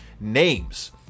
names